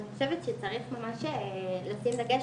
אני חושבת שצריך ממש לשים דגש,